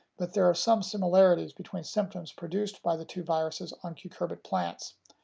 but there are some similarities between symptoms produced by the two viruses on cucurbit plants.